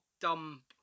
dumb